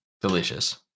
delicious